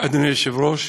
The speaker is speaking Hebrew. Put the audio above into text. אדוני היושב-ראש,